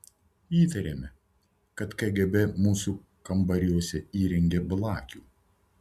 įtarėme kad kgb mūsų kambariuose įrengė blakių